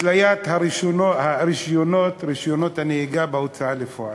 התליית רישיונות נהיגה בהוצאה לפועל.